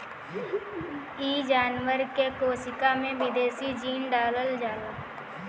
इ जानवर के कोशिका में विदेशी जीन डालल जाला